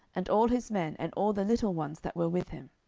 and all his men, and all the little ones that were with him.